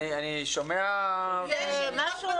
אני שומע על זה.